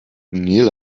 neil